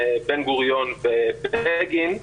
בן-גוריון ובגין,